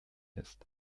ist